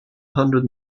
hundred